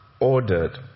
ordered